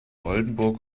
oldenburg